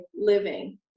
living